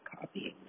copying